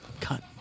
Cut